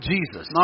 Jesus